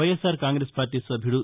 YSR Congress party సభ్యుడు వి